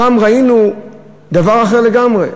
הפעם ראינו דבר אחר לגמרי.